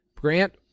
Grant